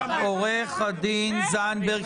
עו"ד זנדברג.